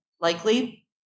likely